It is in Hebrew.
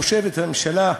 חושבת הממשלה,